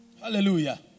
hallelujah